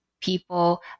people